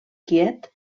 quiet